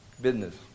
Business